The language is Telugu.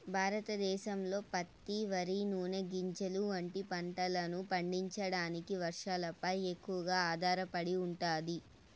భారతదేశంలో పత్తి, వరి, నూనె గింజలు వంటి పంటలను పండించడానికి వర్షాలపై ఎక్కువగా ఆధారపడి ఉంటాది